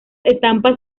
estampas